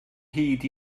hyd